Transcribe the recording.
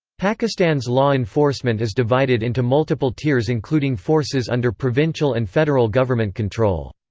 pakistan's law enforcement is divided into multiple tiers including forces under provincial and federal government control.